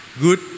good